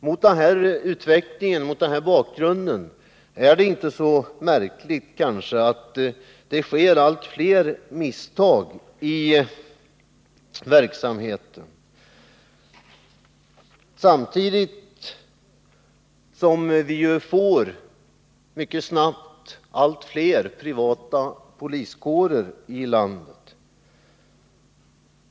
Mot denna bakgrund är det kanske inte så märkligt att det sker allt fler misstag i verksamheten. Samtidigt får vi mycket snabbt allt fler privata poliskårer i landet.